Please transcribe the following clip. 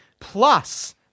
plus